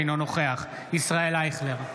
אינו נוכח ישראל אייכלר,